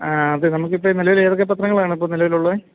അ അതെ നമുക്കിപ്പോള് നിലവില് എതൊക്കെ പത്രങ്ങളാണ് ഇപ്പോള് നിലവിലുള്ളത്